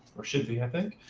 or should be, i think.